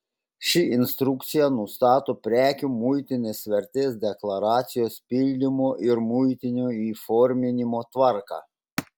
ši instrukcija nustato prekių muitinės vertės deklaracijos pildymo ir muitinio įforminimo tvarką